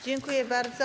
Dziękuję bardzo.